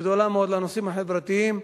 גדולה מאוד לנושאים החברתיים,